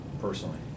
personally